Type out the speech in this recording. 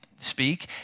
speak